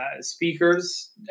speakers